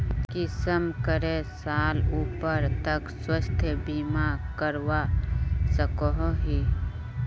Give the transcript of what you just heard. कुंसम करे साल उमर तक स्वास्थ्य बीमा करवा सकोहो ही?